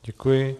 Děkuji.